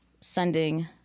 sending